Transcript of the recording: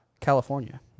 California